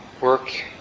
work